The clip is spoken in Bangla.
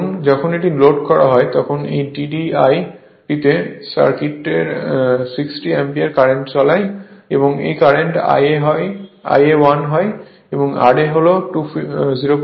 এখন যখন এটি লোড করা হয় তখন এই TDI টিতে সার্কিটটি 60 অ্যাম্পিয়ারের কারেন্ট চালায় এবং এই কারেন্ট Ia 1 হয় এবং ra হল 025 Ω এর